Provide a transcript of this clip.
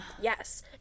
Yes